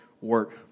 work